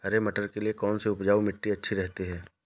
हरे मटर के लिए कौन सी उपजाऊ मिट्टी अच्छी रहती है?